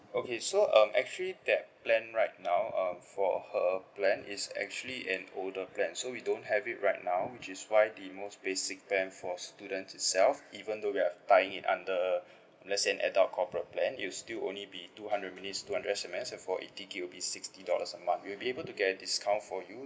okay so um actually that plan right now uh for her plan is actually an older plan so we don't have it right now which is why the most basic plan for students itself even though we have tied under let's say an adult corporate plan it will still only be two hundred minutes two hundred S_M_S and for eighty gig will be sixty dollars a month we will be able to get a discount for you